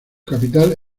capital